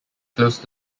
close